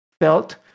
felt